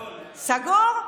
סגור?